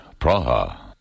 Praha